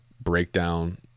breakdown